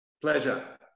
Pleasure